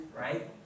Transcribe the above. right